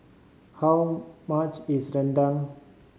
how much is rendang